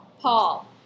Paul